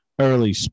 early